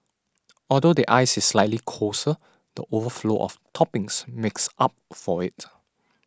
although the ice is slightly coarser the overflow of toppings makes up for it